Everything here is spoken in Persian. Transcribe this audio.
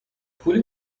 پولی